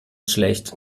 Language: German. schlecht